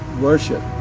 worship